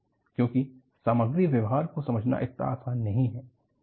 क्योंकि सामग्री व्यवहार को समझना इतना आसान नहीं है